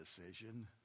decision